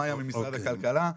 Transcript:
מאיה ממשרד הכלכלה,